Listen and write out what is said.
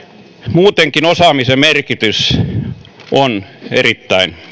muutenkin osaamisen merkitys on erittäin